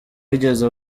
yigeze